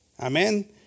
Amen